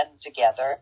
together